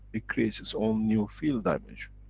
it creates its own new field dimension.